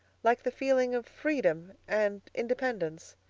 like the feeling of freedom and independence.